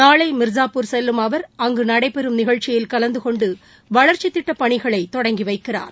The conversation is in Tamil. நாளை மிர்சுபூர் செல்லும் அவர் அங்கு நடைபெறும் நிகழ்ச்சியில் கலந்து கொண்டு வளர்ச்சித் திட்டப்பணிகளை தொடங்கி வைக்கிறார்